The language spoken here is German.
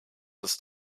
ist